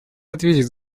ответить